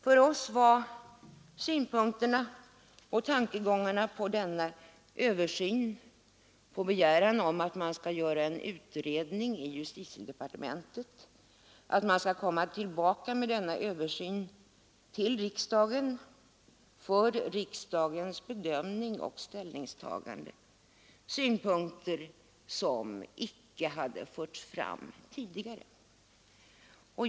För oss var det en helt ny tanke att riksdagen skulle hos justitiedepartementet begära en översyn vars resultat sedan skulle föreläggas riksdagen för ställningstagande. Dessa synpunkter hade ju icke förts fram tidigare.